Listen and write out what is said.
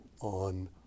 on